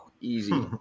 easy